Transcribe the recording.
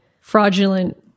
fraudulent